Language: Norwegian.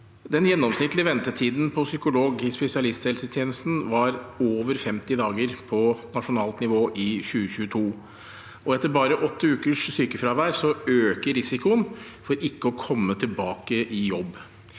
Den gjennomsnittlige ventetiden på psykolog i spesialisthelsetjenesten var over 50 dager på nasjonalt nivå i 2022, og etter bare åtte ukers sykefravær øker risikoen for ikke å komme tilbake i jobb.